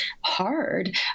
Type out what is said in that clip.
hard